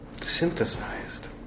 synthesized